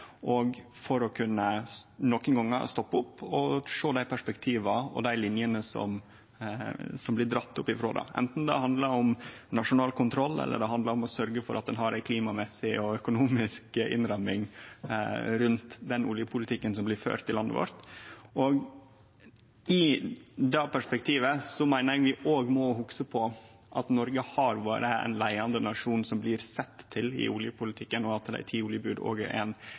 stoppe opp og sjå dei perspektiva og linene som blir drege frå dei – anten det handlar om nasjonal kontroll, eller det handlar om å sørgje for at ein har ei klimamessig og økonomisk innramming rundt den oljepolitikken som blir ført i landet vårt. I det perspektivet meiner eg vi òg må hugse på at Noreg har vore ein leiande nasjon som det blir sett til i oljepolitikken, og at dei ti oljeboda òg er ein